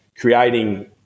creating